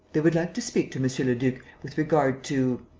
they would like to speak to monsieur le duc with regard to.